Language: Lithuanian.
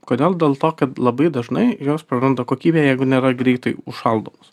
kodėl dėl to kad labai dažnai jos praranda kokybę jeigu nėra greitai užšaldomos